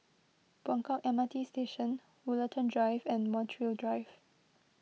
Buangkok M R T Station Woollerton Drive and Montreal Drive